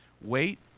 wait